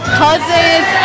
cousins